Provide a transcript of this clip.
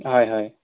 হয় হয়